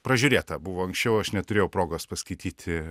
pražiūrėta buvo anksčiau aš neturėjau progos paskaityti